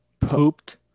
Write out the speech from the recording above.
Pooped